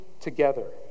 together